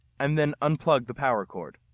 and then unplug the power cord